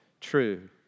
True